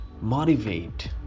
motivate